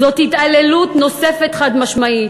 זאת התעללות נוספת, חד-משמעית,